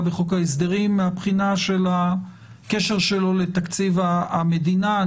בחוק ההסדרים מהבחינה של הקשר שלו לתקציב המדינה.